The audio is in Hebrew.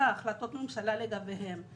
החלטות ממשלה לגביהן.